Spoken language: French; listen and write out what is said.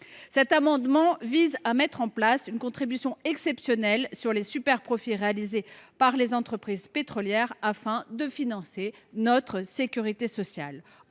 Cet amendement vise donc à mettre en place une contribution exceptionnelle sur les superprofits réalisés par les entreprises pétrolières, afin de financer notre sécurité sociale.